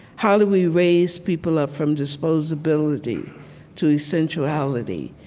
how do we raise people up from disposability to essentiality?